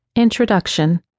Introduction